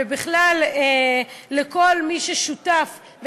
ובכלל לכל מי ששותף,